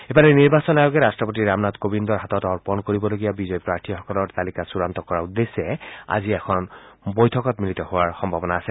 ইফালে নিৰ্বাচন আয়োগে ৰট্টপতি ৰাম নাথ কোবিন্দৰ হাতত অৰ্পণ কৰিবলগীয়া বিজয়ী প্ৰাৰ্থীসকলৰ তালিকা চূড়ান্ত কৰাৰ উদ্দেশ্যে আজি এখন বৈঠকত মিলিত হোৱাৰ সম্ভাৱনা আছে